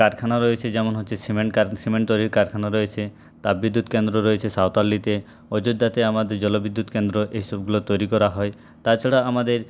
কারখানা রয়েছে যেমন হচ্ছে সিমেন্ট সিমেন্ট তৈরির কারখানা রয়েছে তাপবিদ্যুৎ কেন্দ্র রয়েছে সাঁওতালডিহিতে অযোধ্যাতে আমাদের জলবিদ্যুৎ কেন্দ্র এসবগুলো তৈরি করা হয় তাছাড়া আমাদের